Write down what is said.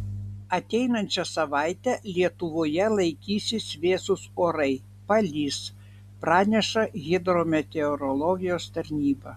ateinančią savaitę lietuvoje laikysis vėsūs orai palis praneša hidrometeorologijos tarnyba